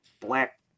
black